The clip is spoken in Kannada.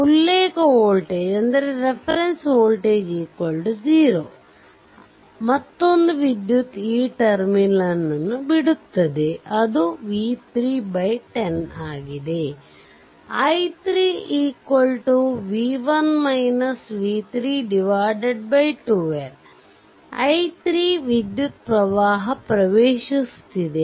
ಉಲ್ಲೇಖ ವೋಲ್ಟೇಜ್ 0reference voltage0 ಆ ಮತ್ತೊಂದು ವಿದ್ಯುತ್ ಈ ಟರ್ಮಿನಲ್ ಅನ್ನು ಬಿಡುತ್ತದೆ ಅದು v3 10 ಆಗಿದೆ i3 12 i3 ವಿದ್ಯುತ್ ಪ್ರವಾಹವು ಪ್ರವೇಶಿಸುತ್ತಿದೆ